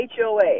HOA